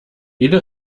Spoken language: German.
jede